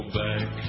back